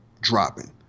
dropping